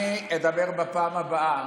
אני אדבר בפעם הבאה